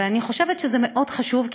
ואני חושבת שזה חשוב מאוד,